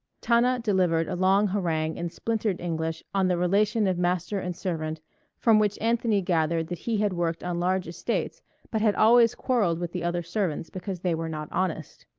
tana delivered a long harangue in splintered english on the relation of master and servant from which anthony gathered that he had worked on large estates but had always quarrelled with the other servants because they were not honest.